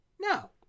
No